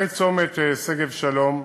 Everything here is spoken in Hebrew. צומת שגב-שלום,